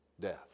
death